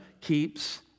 keeps